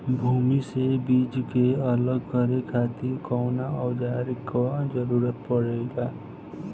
भूसी से बीज के अलग करे खातिर कउना औजार क जरूरत पड़ेला?